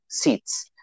seats